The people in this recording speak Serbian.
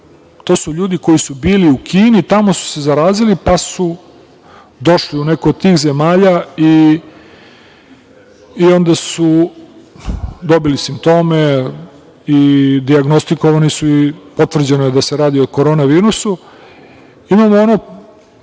to su ljudi koji su bili u Kini, tamo su se zarazili, pa su došli u neke od tih zemalja i onda su dobili simptome i dijagnostikivani su i potvrđeno je da se radi o korona virusu. Imamo ono